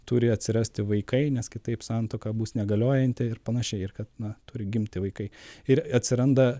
turi atsirasti vaikai nes kitaip santuoka bus negaliojanti ir panašiai ir kad na turi gimti vaikai ir atsiranda